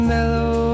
Mellow